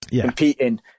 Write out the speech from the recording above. competing